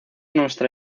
nuestra